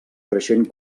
creixent